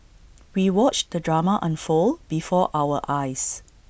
we watched the drama unfold before our eyes